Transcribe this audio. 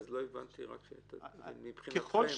מבחינתכם,